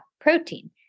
protein